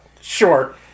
Sure